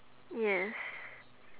yes